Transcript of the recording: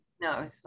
No